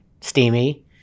steamy